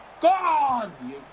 Gone